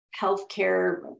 healthcare